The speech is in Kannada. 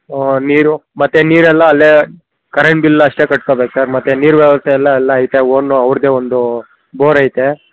ಓ ನೀರು ಮತ್ತು ನೀರೆಲ್ಲ ಅಲ್ಲೇ ಕರೆಂಟ್ ಬಿಲ್ ಅಷ್ಟೆ ಕಟ್ಕಬೇಕು ಸರ್ ಮತ್ತು ನೀರು ವ್ಯವಸ್ಥೆ ಎಲ್ಲ ಅಲ್ಲೇ ಐತೆ ಓನು ಅವ್ರ್ದೆ ಒಂದೂ ಬೋರ್ ಐತೆ